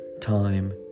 time